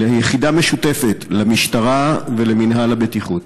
יחידה משותפת למשטרה ולמינהל הבטיחות.